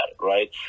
right